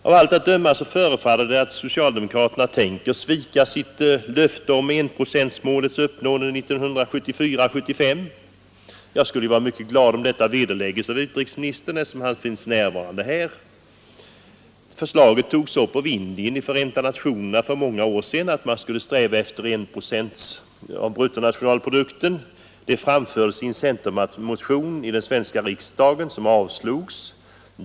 Av allt att döma förefaller det som om socialdemokraterna tänker svika sitt löfte om enprocentsmålets uppnående 1974/75. Jag skulle bli mycket glad om detta vederläggs av utrikesministern, eftersom han finns närvarande. Förslaget togs upp av Indien i Förenta nationerna för många år sedan att man skulle sträva efter att nå fram till ett bistånd på 1 procent av bruttonationalprodukten. Det framfördes i en centermotion i den svenska riksdagen, men denna motion avslogs.